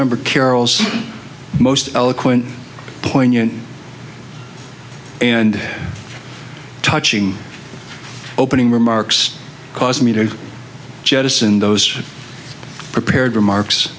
member carroll's most eloquent poignant and touching opening remarks caused me to jettison those prepared remarks